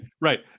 right